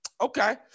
Okay